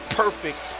perfect